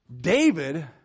David